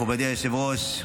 מכובדי היושב-ראש,